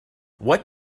what